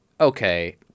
okay